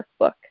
workbook